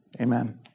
amen